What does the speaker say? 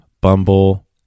Bumble